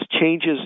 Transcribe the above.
changes